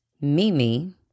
Mimi